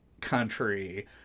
country